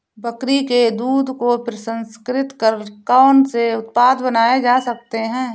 बकरी के दूध को प्रसंस्कृत कर कौन से उत्पाद बनाए जा सकते हैं?